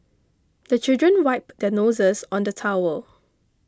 the children wipe their noses on the towel